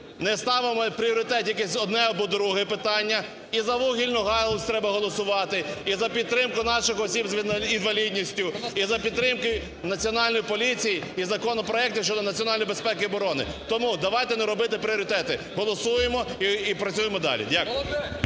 не ставимо в пріоритет якесь одне або друге питання. І за вугільну галузь треба голосувати, і за підтримку наших осіб з інвалідністю, і за підтримку Національної поліції, і законопроекти щодо національної безпеки і оборони. Тому давайте не робити пріоритети, голосуємо і працюємо далі. Дякую.